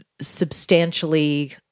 substantially